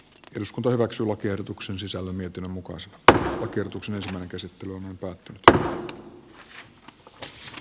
eduskunta omaksulakiehdotuksen sisällön mietinnön mukaan spd yrityksensä käsittely toivoisin muutosta